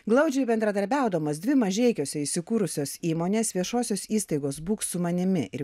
glaudžiai bendradarbiaudamos dvi mažeikiuose įsikūrusios įmonės viešosios įstaigos būk su manimi ir